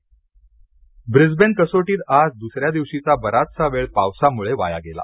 Brisbane Brisbane कसोटीत आज दुसऱ्या दिवशीचा बराचसा वेळ पावसामुळे वाया गेला